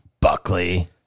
Buckley